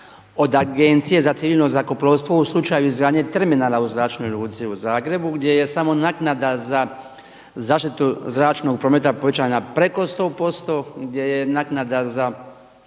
od Agencije za civilno zrakoplovstvo u slučaju izgradnje terminala u Zračnoj luci u Zagrebu gdje je samo naknada za zaštitu zračnog prometa povećana preko 100% gdje je naknada za